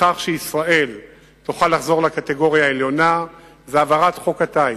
לכך שישראל תוכל לחזור לקטגוריה העליונה הוא העברת חוק הטיס.